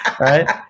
Right